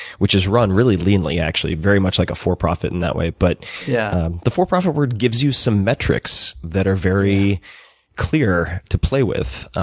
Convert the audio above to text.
which is run really leanly, actually, very much like a for profit in that way. but yeah the for profit world gives you some metrics that are very clear to play with,